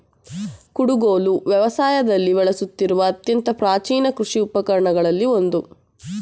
ಕುಡುಗೋಲು ವ್ಯವಸಾಯದಲ್ಲಿ ಬಳಸುತ್ತಿರುವ ಅತ್ಯಂತ ಪ್ರಾಚೀನ ಕೃಷಿ ಉಪಕರಣಗಳಲ್ಲಿ ಒಂದು